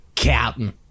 Captain